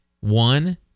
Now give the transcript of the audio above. One